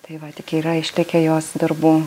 tai va tik yra išlikę jos darbų